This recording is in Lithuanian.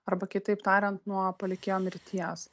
arba kitaip tarian nuo palikėjo mirties